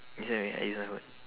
you send me I use my phone